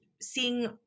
seeing